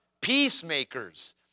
peacemakers